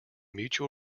mutual